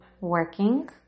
Working